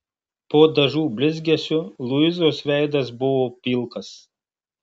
po dažų blizgesiu luizos veidas buvo pilkas